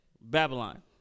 Babylon